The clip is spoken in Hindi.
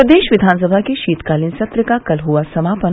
प्रदेश विधानसभा के शीतकालीन सत्र् का कल हुआ समापन